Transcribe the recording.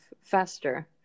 faster